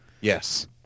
Yes